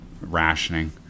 rationing